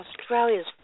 Australia's